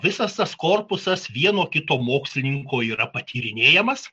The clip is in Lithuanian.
visas korpusas vieno kito mokslininko yra patyrinėjamas